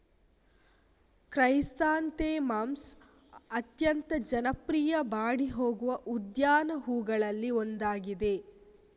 chrysanthemums ಅತ್ಯಂತ ಜನಪ್ರಿಯ ಬಾಡಿ ಹೋಗುವ ಉದ್ಯಾನ ಹೂವುಗಳಲ್ಲಿ ಒಂದಾಗಿದೆ